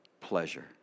pleasure